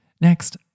next